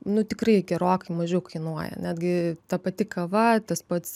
nu tikrai gerokai mažiau kainuoja netgi ta pati kava tas pats